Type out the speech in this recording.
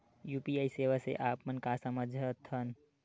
UPI सेवा से आप मन का समझ थान?